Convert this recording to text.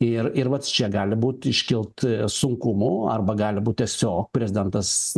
ir ir vat čia gali būt iškilt sunkumų arba gali būt tiesiog prezidentas